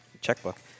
checkbook